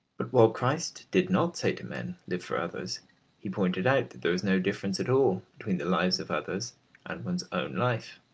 but while christ did not say to men, live for others he pointed out that there was no difference at all between the lives of others and one's own life.